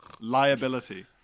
liability